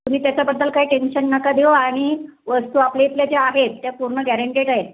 तुम्ही त्याच्याबद्दल काही टेन्शन नका देऊ आणि वस्तू आपल्या इथल्या ज्या आहेत त्या पूर्ण गॅरेन्टेड आहेत